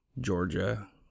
Georgia